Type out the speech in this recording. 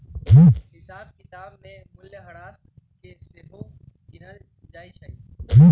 हिसाब किताब में मूल्यह्रास के सेहो गिनल जाइ छइ